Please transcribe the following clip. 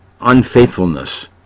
unfaithfulness